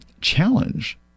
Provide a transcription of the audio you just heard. challenge